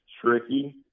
tricky